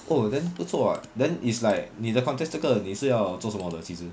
oh then 不错 what then it's like 你的 contest 这个你是要做什么的其实